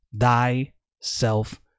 thyself